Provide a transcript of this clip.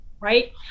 right